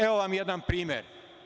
Evo vam jedan primer.